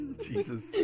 Jesus